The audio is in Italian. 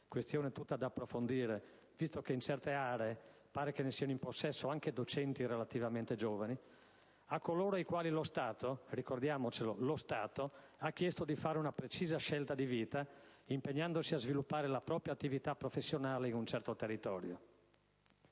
(questione tutta da approfondire, visto che in certe aree pare ne siano in possesso anche docenti relativamente giovani) a coloro ai quali lo Stato - sottolineo lo Stato - ha chiesto di fare una precisa scelta di vita impegnandosi a sviluppare la propria attività professionale in un certo territorio.